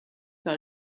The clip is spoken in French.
par